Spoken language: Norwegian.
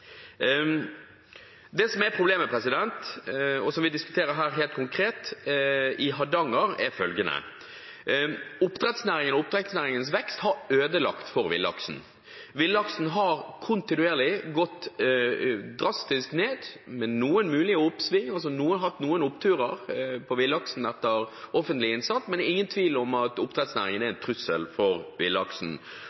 Det som er problemet, og som vi diskuterer helt konkret, i Hardanger, er følgende: Oppdrettsnæringen og oppdrettsnæringens vekst har ødelagt for villaksen. Villaksbestanden har kontinuerlig gått drastisk ned, med noen mulige oppturer etter offentlig innsats, men det er ingen tvil om at oppdrettsnæringen er